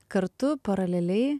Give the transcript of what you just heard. kartu paraleliai